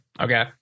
okay